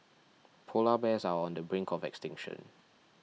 Polar Bears are on the brink of extinction